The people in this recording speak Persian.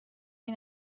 این